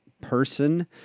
person